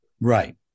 Right